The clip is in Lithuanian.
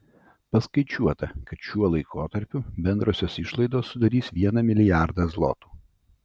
paskaičiuota kad šiuo laikotarpiu bendrosios išlaidos sudarys vieną milijardą zlotų